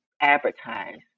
advertise